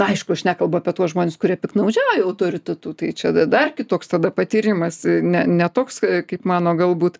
aišku aš nekalbu apie tuos žmones kurie piktnaudžiauja autoritetu tai čia da dar kitoks tada patyrimas ne toks kaip mano galbūt